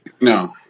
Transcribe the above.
no